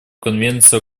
конвенции